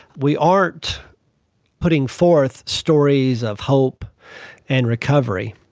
we aren't putting forth stories of hope and recovery.